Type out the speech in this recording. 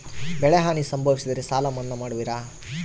ಬೆಳೆಹಾನಿ ಸಂಭವಿಸಿದರೆ ಸಾಲ ಮನ್ನಾ ಮಾಡುವಿರ?